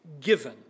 given